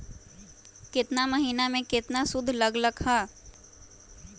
केतना महीना में कितना शुध लग लक ह?